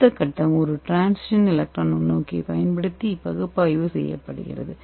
அடுத்த கட்டம் ஒரு டிரான்ஸ்மிஷன் எலக்ட்ரான் நுண்ணோக்கியைப் பயன்படுத்தி பகுப்பாய்வு செய்யப்படுகிறது